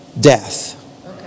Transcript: death